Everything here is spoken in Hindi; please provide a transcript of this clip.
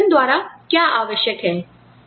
और संगठन द्वारा क्या आवश्यक है